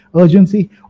urgency